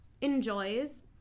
enjoys